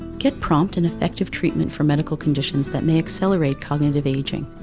get prompt and effective treatment for medical conditions that may accelerate cognitive aging.